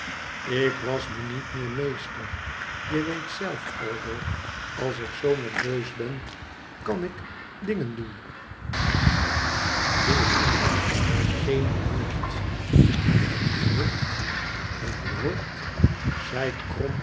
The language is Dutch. ik was me niet meer meester je weet zelf aldo als ik zoo nerveus ben kan ik dingen doen ja dingen maar geen moord een moord een moord zij